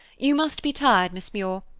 you must be tired, miss muir.